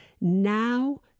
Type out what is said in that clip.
now